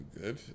good